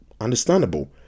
understandable